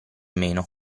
meno